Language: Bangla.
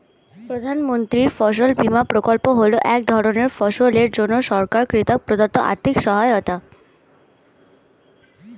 প্রধানমন্ত্রীর ফসল বিমা প্রকল্প হল এক ধরনের ফসলের জন্য সরকার কর্তৃক প্রদত্ত আর্থিক সহায়তা